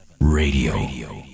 Radio